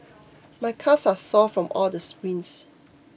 my calves are sore from all the sprints